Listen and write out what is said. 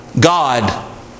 God